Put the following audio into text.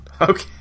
Okay